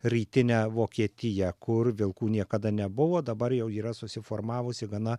rytinę vokietiją kur vilkų niekada nebuvo dabar jau yra susiformavusi gana